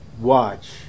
watch